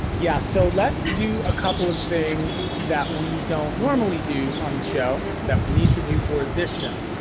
yes, so let's do a couple of things that we don't normally do on the show, that we need to do for this show.